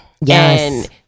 Yes